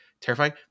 terrifying